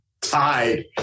tied